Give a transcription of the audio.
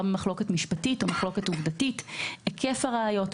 במחלוקת משפטית או במחלוקת עובדתית; היקף הראיות,